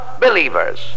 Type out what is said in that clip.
believers